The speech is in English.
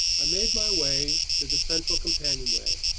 i made my way to the central companionway,